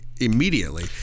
immediately